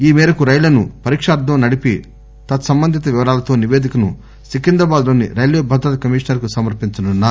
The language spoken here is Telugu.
ఈ మేరకు రైళ్లను పరీకార్దం నడిపి తత్సంబంధిత వివరాలతో నిపేదికను సికింద్రాబాద్ లోని రైల్వే భద్రత కమిషనర్ కు సమర్పించనున్నారు